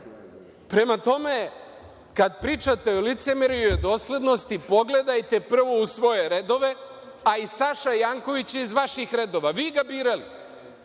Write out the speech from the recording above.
Prema tome, kada pričate o licemerju i o doslednosti, pogledajte prvo u svoje redove, a i Saša Janković je iz vaših redova. Vi ga birali.